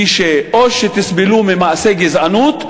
היא: או שתסבלו ממעשי גזענות,